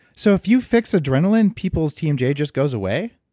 so if you fix adrenaline, people's tmj yeah just goes away?